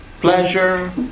pleasure